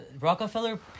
Rockefeller